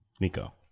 Nico